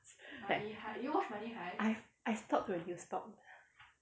I I stop when you stop